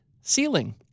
ceiling